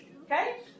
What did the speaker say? Okay